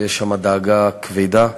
ויש שם דאגה כבדה.